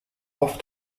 auf